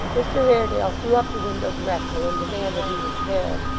mr haredale threw up the window directly, and demanded who was there.